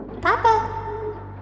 Papa